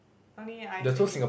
only I said it